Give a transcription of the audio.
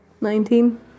Nineteen